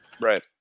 Right